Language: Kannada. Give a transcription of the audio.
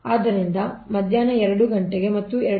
ಆದ್ದರಿಂದ ಮಧ್ಯಾಹ್ನ 2 ಗಂಟೆಗೆ ಮತ್ತೆ ಅದು 2